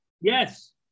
Yes